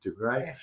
Right